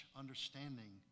understanding